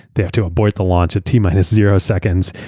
they had to abort the launch at t-minus zero seconds,